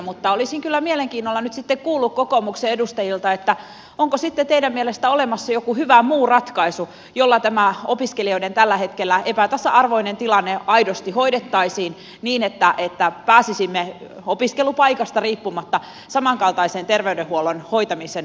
mutta olisin kyllä mielenkiinnolla nyt sitten kuullut kokoomuksen edustajilta onko teidän mielestänne sitten olemassa joku hyvä muu ratkaisu jolla tämä opiskelijoiden tällä hetkellä epätasa arvoinen tilanne aidosti hoidettaisiin niin että pääsisimme opiskelupaikasta riippumatta samankaltaiseen terveydenhuollon hoitamisen asemaan